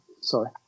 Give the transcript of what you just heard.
sorry